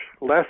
less